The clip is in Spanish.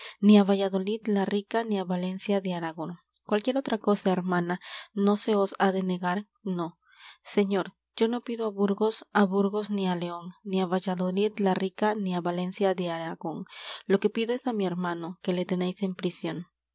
ni á valladolid la rica ni á valencia de aragón cualquier otra cosa hermana no se os ha de negar no señor yo no pido á burgos á burgos ni á león ni á valladolid la rica ni á valencia de aragón lo que pido es á mi hermano que le tenéis en prisión